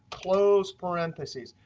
close parentheses.